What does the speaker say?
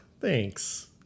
thanks